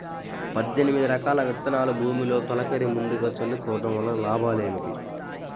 పద్దెనిమిది రకాల విత్తనాలు భూమిలో తొలకరి ముందుగా చల్లుకోవటం వలన లాభాలు ఏమిటి?